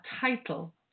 title